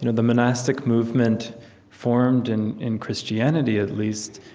you know the monastic movement formed, and in christianity, at least,